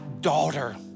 daughter